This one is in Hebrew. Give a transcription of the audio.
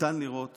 ניתן לראות